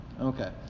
Okay